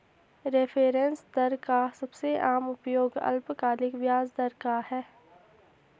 reference दर का सबसे आम उपयोग अल्पकालिक ब्याज दर का है